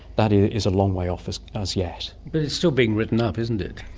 that is a long way off as as yet. but it's still being written up, isn't it.